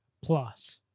plus